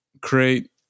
create